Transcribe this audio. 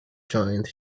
joints